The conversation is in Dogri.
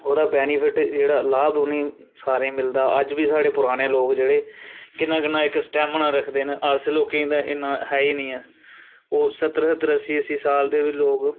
ओह्दा बैनीफिट जेह्ड़ा लाभ उनेंगी सारे गी मिलदा अज्ज बी साढ़े पुराने लोक जेह्ड़े किन्ना किन्ना इक स्टेमना रखदे ना असें लोकें गी ते इन्ना है गै नेईं ऐ ओह् स्हत्तर स्हत्तर अस्सी अस्सी साल दे बी लोक ओह्